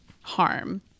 harm